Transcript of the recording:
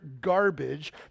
garbage